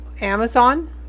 Amazon